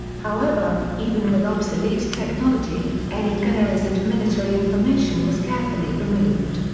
however, even with obsolete technology, any gunneries and military information was carefully removed.